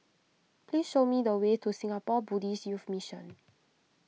please show me the way to Singapore Buddhist Youth Mission